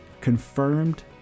confirmed